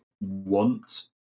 want